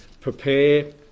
prepare